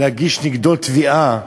להגיש נגדו תביעה.